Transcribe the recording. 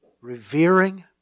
revering